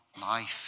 life